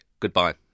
Goodbye